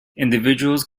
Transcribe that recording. individuals